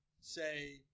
say